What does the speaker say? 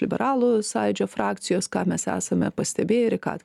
liberalų sąjūdžio frakcijos ką mes esame pastebėję ir į ką